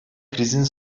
krizin